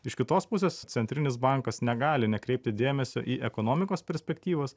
iš kitos pusės centrinis bankas negali nekreipti dėmesio į ekonomikos perspektyvas